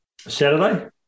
Saturday